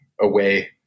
away